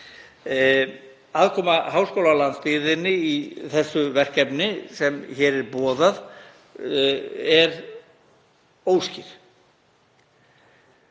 Aðkoma háskóla á landsbyggðinni í þessu verkefni sem hér er boðað er óskýr.